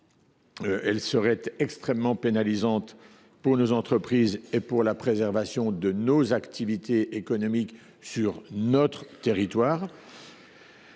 660, serait extrêmement pénalisante pour nos entreprises et pour la préservation des activités économiques sur notre territoire.